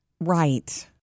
right